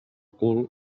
cul